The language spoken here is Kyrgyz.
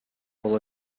болуп